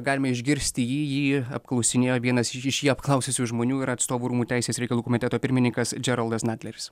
galima išgirsti jį jį apklausinėjo vienas iš jį apklaususių žmonių yra atstovų rūmų teisės reikalų komiteto pirmininkas džeraldas natleris